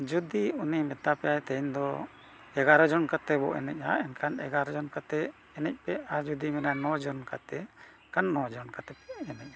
ᱡᱩᱫᱤ ᱩᱱᱤ ᱢᱮᱛᱟ ᱯᱮᱭᱟᱭ ᱛᱮᱦᱮᱧ ᱫᱚ ᱮᱜᱟᱨᱚ ᱡᱚᱱ ᱠᱟᱛᱮᱫ ᱵᱚᱱ ᱮᱱᱮᱡᱼᱟ ᱮᱱᱠᱷᱟᱱ ᱮᱜᱟᱨᱚ ᱡᱚᱱ ᱠᱟᱛᱮᱫ ᱮᱱᱮᱡ ᱯᱮ ᱟᱨ ᱡᱩᱫᱤ ᱢᱮᱱᱟᱭ ᱱᱚ ᱡᱚᱱ ᱠᱟᱛᱮᱫ ᱠᱷᱟᱱ ᱱᱚ ᱡᱚᱱ ᱠᱟᱛᱮᱫ ᱯᱮ ᱮᱱᱮᱡ ᱟ